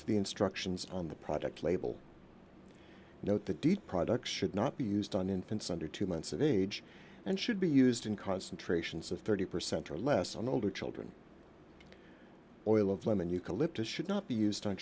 to the instructions on the product label note the date products should not be used on infants under two months of age and should be used in concentrations of thirty percent or less on older children oil of lemon eucalyptus should not be used on